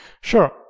Sure